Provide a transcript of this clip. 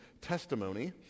testimony